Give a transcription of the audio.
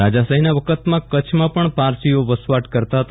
રાજાશાહીના વખતમાં કચ્છમાં પણ પારસીઓ વસવાટ કરતા હતા